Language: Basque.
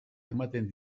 ematen